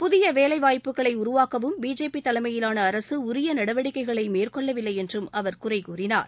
புதிய வேலைவாய்ப்புக்களை உருவாக்கவும் பிஜேபி தலைமையிலான அரசு உரிய நடவடிக்கைகளை மேற்கொள்ளவில்லை என்றும் அவர் குறை கூறினார்